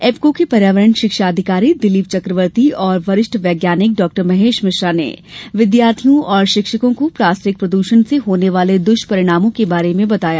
एप्को के पर्यावरण शिक्षा अधिकारी दिलीप चक्रवर्ती और वरिष्ठ वैज्ञानिक डॉ महेश मिश्रा ने विद्यार्थियों और शिक्षकों को प्लास्टिक प्रदषण से होने वाले दष्परिणामों के बारे में बताया